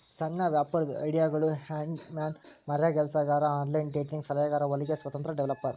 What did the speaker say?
ಸಣ್ಣ ವ್ಯಾಪಾರದ್ ಐಡಿಯಾಗಳು ಹ್ಯಾಂಡಿ ಮ್ಯಾನ್ ಮರಗೆಲಸಗಾರ ಆನ್ಲೈನ್ ಡೇಟಿಂಗ್ ಸಲಹೆಗಾರ ಹೊಲಿಗೆ ಸ್ವತಂತ್ರ ಡೆವೆಲಪರ್